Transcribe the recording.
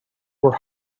were